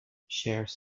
shares